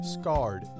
scarred